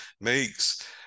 makes